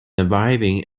arriving